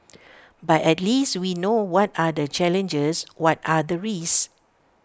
but at least we know what are the challenges what are the risks